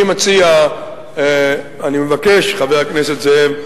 אני מציע, אני מבקש, חבר הכנסת זאב,